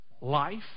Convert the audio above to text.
life